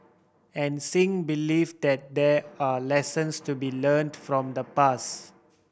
and Singh believe that there are lessons to be learnt from the pass